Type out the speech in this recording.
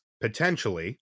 potentially